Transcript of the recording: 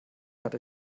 hatte